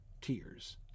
tears